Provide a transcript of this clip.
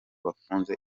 bafunze